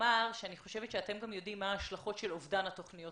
לומר שאני חושבת שאתם גם יודעים מה ההשלכות של אובדן התוכניות